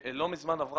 לא מזמן עברו